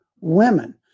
women